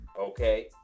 okay